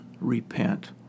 repent